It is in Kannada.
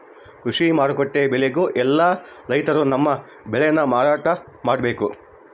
ಕೃಷಿ ಮಾರುಕಟ್ಟೆ ಬೆಲೆಗೆ ಯೆಲ್ಲ ರೈತರು ತಮ್ಮ ಬೆಳೆ ನ ಮಾರಾಟ ಮಾಡ್ಬೇಕು